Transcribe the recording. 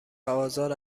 آزار